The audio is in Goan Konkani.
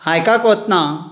हायकाक वतना